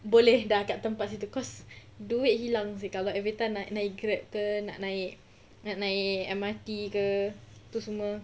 boleh dah ke tempat situ cause duit hilang seh kalau every time nak naik grab ke nak naik nak naik M_R_T ke tu semua